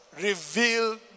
Reveal